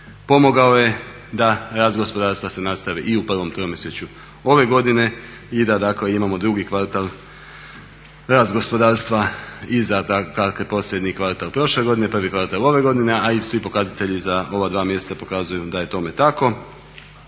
pomagao je da rast gospodarstva se nastavi i u prvom tromjesečju ove godine i da dakle imamo drugi kvartal, rast gospodarstva i … posljednji kvartal prošle godine, prvi kvartal ove godine, a i svi pokazatelji za ova dva mjeseca pokazuju da je tome tako.